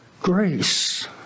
Grace